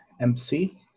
MC